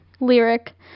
lyric